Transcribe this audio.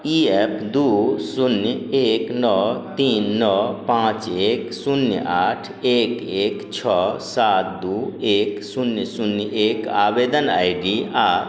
ई F दुइ शून्य एक नओ तीन नओ पाँच एक शून्य आठ एक एक छओ सात दुइ एक शून्य शून्य एक आवेदन आइ डी आओर